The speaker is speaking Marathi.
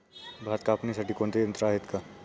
भात कापणीसाठी कोणते यंत्र आहेत का?